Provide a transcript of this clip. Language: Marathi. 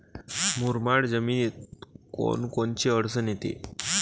मुरमाड जमीनीत कोनकोनची अडचन येते?